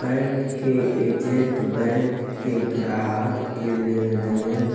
bank के agent bank के ग्राहक के लेनदेन